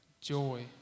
joy